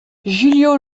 julio